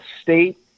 state